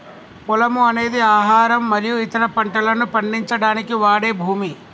పొలము అనేది ఆహారం మరియు ఇతర పంటలను పండించడానికి వాడే భూమి